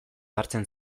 ohartzen